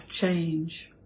change